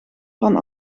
van